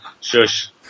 Shush